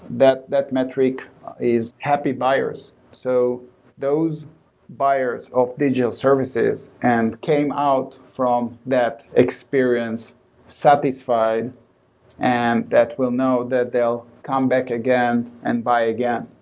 that that metric is happy buyers. so those buyers of digital services and came out from that experience satisfied and that will know they'll come back again and buy again.